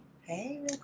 Hey